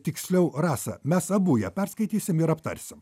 tiksliau rasa mes abu ją perskaitysim ir aptarsim